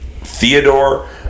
theodore